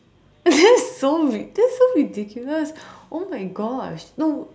so ri~ this is so ridiculous oh my gosh no